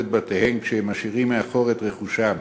את בתיהם כשהם משאירים מאחור את רכושם.